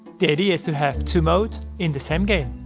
the idea is to have two modes in the same game.